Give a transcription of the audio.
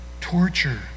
torture